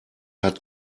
hat